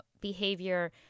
behavior